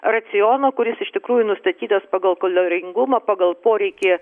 raciono kuris iš tikrųjų nustatytas pagal kaloringumą pagal poreikį